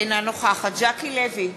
אינה נוכחת ז'קי לוי,